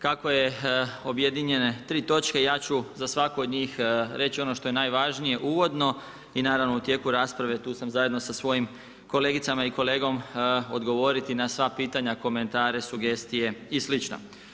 Kako su objedinjene tri točke, ja ću za svaku od njih reći ono što je najvažnije uvodno i naravno u tijeku rasprave tu sam zajedno sa svojim kolegicama i kolegom, odgovoriti na sva pitanja, komentare, sugestije i slično.